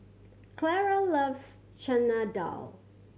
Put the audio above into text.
Clara loves Chana Dal